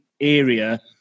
area